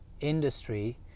industry